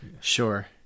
Sure